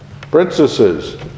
princesses